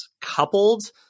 coupled